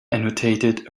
annotated